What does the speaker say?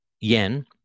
yen